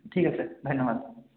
ঠিক আছে ধন্যবাদ